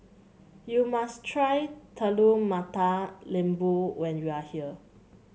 you must try Telur Mata Lembu when you are here